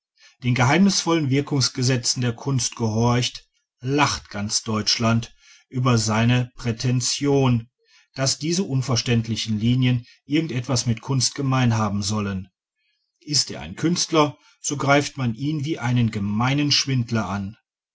den geheimnisvollen wirkungsgesetzen der kunst gehorcht lacht ganz deutschland über seine prätention daß diese unverständlichen linien irgend etwas mit kunst gemein haben sollen ist er ein künstler so greift man ihn wie einen gemeinen schwindler an